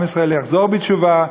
עם ישראל יחזור בתשובה,